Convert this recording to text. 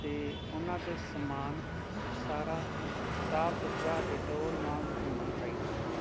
ਅਤੇ ਉਨ੍ਹਾਂ ਦੇ ਸਮਾਨ ਸਾਰਾ ਸਾਫ਼ ਸੁਥਰਾ ਡਿਟੋਲ ਨਾਲ ਧੋਣਾ ਚਾਹੀਦਾ ਹੈ